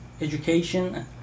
education